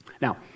Now